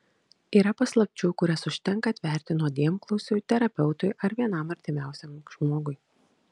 yra paslapčių kurias užtenka atverti nuodėmklausiui terapeutui ar vienam artimiausiam žmogui